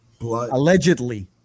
allegedly